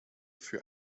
für